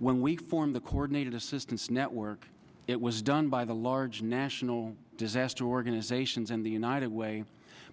when we form the coordinate assistance network it was done by the large national disaster organizations in the united way